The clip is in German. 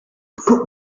guck